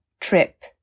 trip